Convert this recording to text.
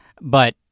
but-